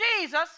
Jesus